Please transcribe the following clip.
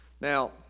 Now